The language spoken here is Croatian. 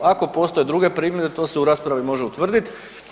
Ako postoje druge primjedbe to se u raspravi može utvrdit.